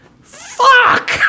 Fuck